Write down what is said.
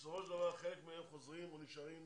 בסופו של דבר חלק מהם חוזרים או נשארים.